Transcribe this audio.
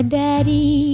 daddy